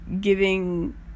giving